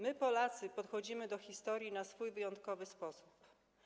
My, Polacy, podchodzimy do historii na swój wyjątkowy sposób.